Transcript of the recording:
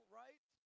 right